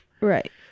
Right